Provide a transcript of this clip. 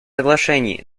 соглашений